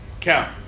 Count